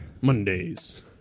mondays